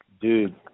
Dude